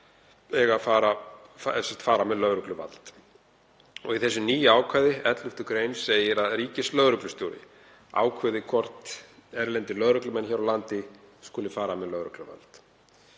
gr. a fara með lögregluvald.“ Í þessu nýja ákvæði, 11. gr. a, segir að ríkislögreglustjóri ákveði hvort erlendir lögreglumenn hér á landi skuli fara með lögregluvald.